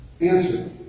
answer